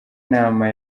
nama